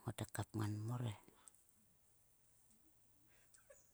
Ngote kapngan pmor he.